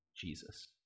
Jesus